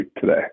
today